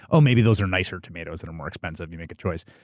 oh, maybe those are nicer tomatoes that are more expensive, you make a choice.